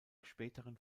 späteren